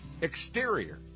exterior